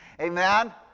Amen